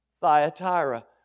Thyatira